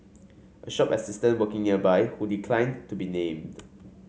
a shop assistant working nearby who declined to be named